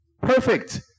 Perfect